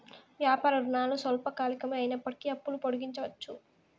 వ్యాపార రుణాలు స్వల్పకాలికమే అయినప్పటికీ అప్పులు పొడిగించవచ్చు